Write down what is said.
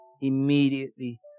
immediately